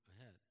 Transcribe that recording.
ahead